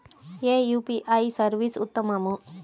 ఏ UPI service ఉత్తమము?